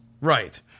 Right